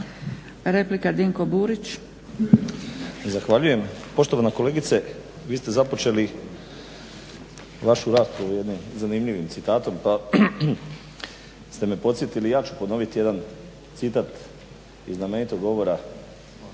Replika, Dinko Burić.